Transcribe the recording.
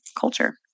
culture